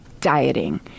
dieting